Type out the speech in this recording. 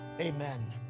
Amen